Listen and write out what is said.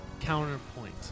counterpoint